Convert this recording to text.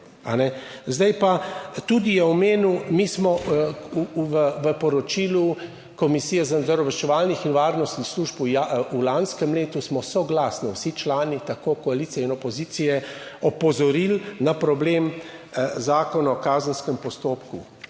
Zdaj pa tudi je omenil, mi smo v poročilu Komisije za nadzor obveščevalnih in varnostnih služb v lanskem letu smo soglasno, vsi člani tako koalicije in opozicije, opozorili na problem Zakona o kazenskem postopku,